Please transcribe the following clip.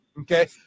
Okay